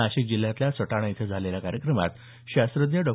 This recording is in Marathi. नाशिक जिल्ह्यातल्या सटाणा इथं झालेल्या या कार्यक्रमात शास्त्रज्ञ डॉ